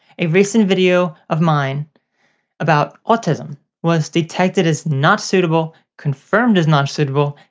a recent video of mine about autism was detected as not suitable, confirmed as not suitable,